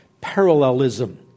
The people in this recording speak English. parallelism